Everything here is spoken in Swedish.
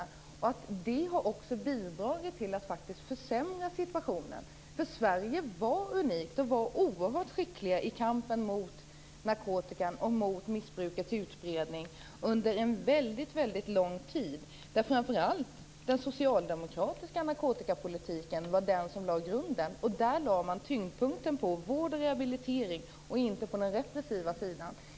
Också det har bidragit till att försämra situationen. Sverige var unikt och oerhört skickligt i kampen mot narkotikan och mot missbrukets utbredning under en väldigt lång tid. Det var framför allt den socialdemokratiska narkotikapolitiken som lade grunden. Där lade man grunden på vård och rehabilitering och inte på det repressiva.